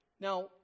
Now